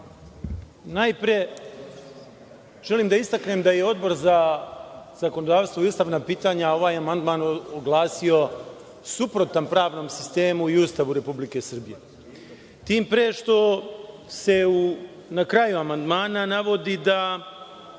želim da istaknem da je Odbor za zakonodavstvo i ustavna pitanja ovaj amandman oglasio suprotan pravnom sistemu i Ustavu Republike Srbije, tim pre što se na kraju amandmana navodi da